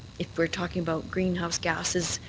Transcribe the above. if we're talking about greenhouse gases,